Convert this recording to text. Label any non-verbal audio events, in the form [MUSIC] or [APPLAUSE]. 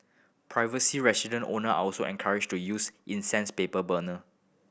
[UNINTELLIGIBLE] resident owner are also encouraged to use incense paper burner